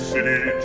City